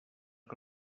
que